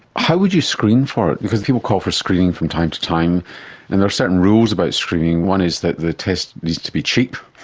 how would you screen for it, because people call for screening from time to time and there are certain rules about screening, one is that the test needs to be cheap,